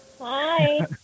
Hi